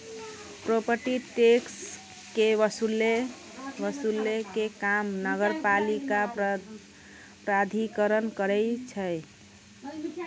property tax के वसूलै के काम नगरपालिका प्राधिकरण करै छै